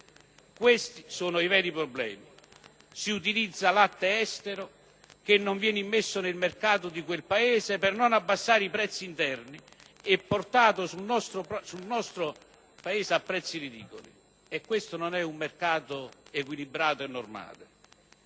Questi sono i veri problemi: si utilizza latte estero, che non viene immesso nel mercato di quel Paese, per non abbassarne i prezzi interni, e viene portato sul nostro Paese a prezzi ridicoli. Questo non è un mercato equilibrato e normale: